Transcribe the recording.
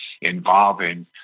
involving